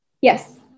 Yes